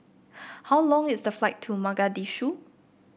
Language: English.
how long is the flight to Mogadishu